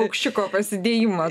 paukščiuko pasidėjimo